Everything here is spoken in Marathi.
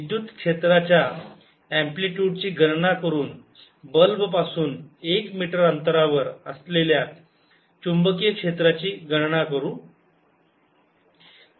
विद्युत क्षेत्राच्या अँप्लिटयूड ची गणना करून बल्ब पासून एक मीटर अंतरावर असलेल्या चुंबकीय क्षेत्राची गणना करू